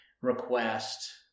request